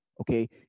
Okay